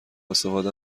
استفاده